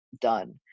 done